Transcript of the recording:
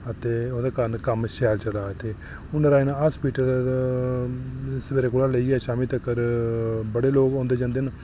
ते ओह्दे कारण कम्म शैल चला दा इत्थै हून नारायणा हॉस्पिटल सवेरे कोला लेइयै शामीं तगर बड़े लोक औंदे जंदे न